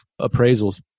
appraisals